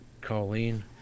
Colleen